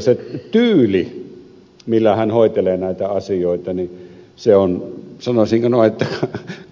se tyyli millä hän hoitelee näitä asioita on sanoisinko